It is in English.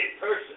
person